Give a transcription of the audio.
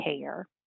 care